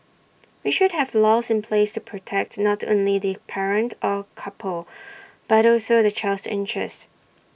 we should have laws in place to protect not only the parents or couple but also the child's interest